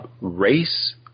race